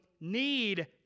need